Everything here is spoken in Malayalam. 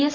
എസ്